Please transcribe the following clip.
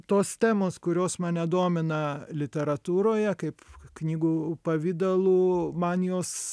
tos temos kurios mane domina literatūroje kaip knygų pavidalu man jos